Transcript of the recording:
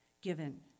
given